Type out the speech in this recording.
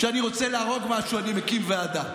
כשאני רוצה להרוג משהו, אני מקים ועדה.